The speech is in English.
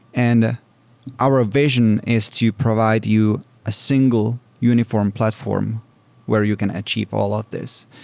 and our vision is to provide you a single uniform platform where you can achieve all of these.